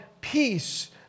peace